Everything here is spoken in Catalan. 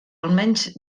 almenys